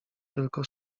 tylko